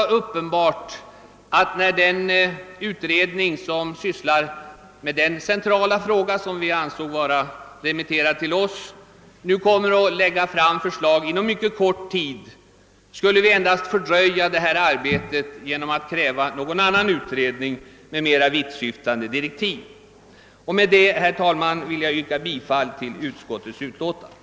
När dessutom den utredning som sysslar med den centrala fråga, som vi ansåg vara remitterad till oss, kommer att lägga fram förslag inom mycket kort tid, har vi menat att vi endast skulle fördröja detta arbete genom att kräva en annan utredning med mera vittsyftande direktiv. Med dessa ord, herr talman, ber jag att få yrka bifall till utskottets hemställan.